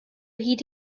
hyd